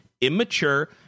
immature